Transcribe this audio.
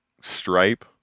stripe